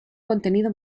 contenido